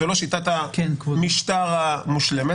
זו לא שיטת המשטר המושלמת.